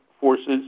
forces